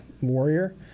Warrior